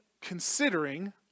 considering